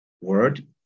word